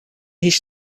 hiç